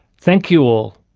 thank you all,